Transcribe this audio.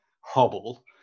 hobble